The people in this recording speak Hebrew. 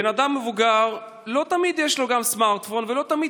לבן אדם מבוגר לא תמיד יש סמארטפון ולא תמיד